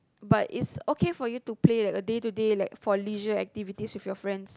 but is okay for you to play the day to day like leisure activities with your friends